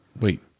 Wait